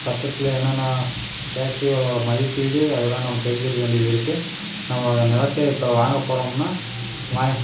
சட்டத்தில் என்னென்ன டேக்ஸுகளோடய மதிப்பீடு அதெல்லாம் நம்ம தெரிஞ்சிருக்க வேண்டியது இருக்குது நம்ம நிலத்த இப்போ வாங்க போகிறோம்னா வாங்